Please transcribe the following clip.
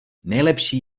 nejlepší